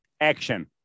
action